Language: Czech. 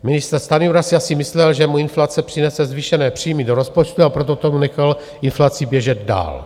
Ministr Stanjura si asi myslel, že mu inflace přinese zvýšené příjmy do rozpočtu, a proto nechal inflaci běžet dál.